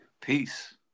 Peace